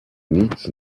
needs